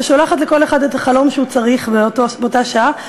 ששולחת לכל אחד את החלום שהוא צריך באותה שעה.